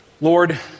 Lord